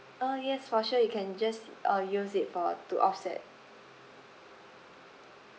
uh yes for sure you can just uh use it for to offset